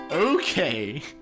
Okay